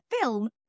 film